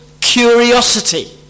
curiosity